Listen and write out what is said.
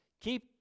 Keep